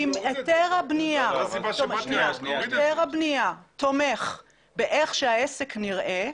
אם היתר הבנייה תומך איך העסק נראה,